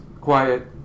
Quiet